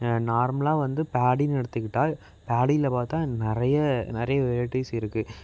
நார்மலாக வந்து பேடின்னு எடுத்துக்கிட்டா பேடியில் பார்த்தா நிறைய நிறைய வெரைட்டிஸ் இருக்குது